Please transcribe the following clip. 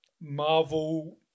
Marvel